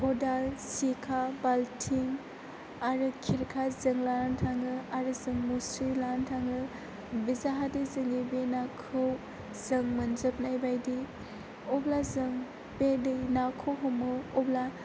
खदाल सिखा बाल्थिं आरो खेरखा जों लानानै थाङो आरो जों मुस्रि लानानै थाङो जाहाथे जोंनि बे नाखौ जों मोनजोबनाय बायदि अब्ला जों बे दै नाखौ हमो अब्ला